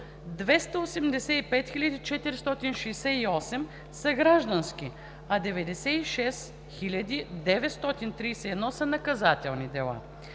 285 468 са граждански, а 96 931 са наказателни.